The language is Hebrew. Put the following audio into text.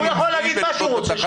הוא יכול להגיד את מה שהוא רוצה,